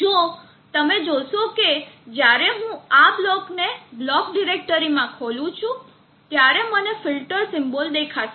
તો તમે જોશો કે જ્યારે હું આ બ્લોકને બ્લોક ડિરેક્ટરી માં ખોલું છું ત્યારે મને ફિલ્ટર સિમ્બોલ દેખાશે